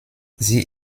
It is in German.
sie